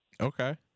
Okay